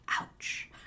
ouch